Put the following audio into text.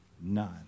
none